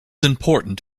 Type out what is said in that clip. important